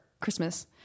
Christmas